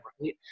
Right